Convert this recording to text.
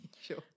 Sure